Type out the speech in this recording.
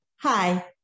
Hi